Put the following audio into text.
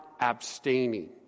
abstaining